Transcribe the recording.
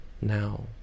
now